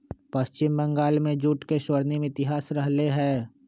पश्चिम बंगाल में जूट के स्वर्णिम इतिहास रहले है